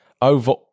over